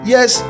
Yes